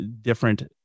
different